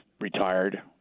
retired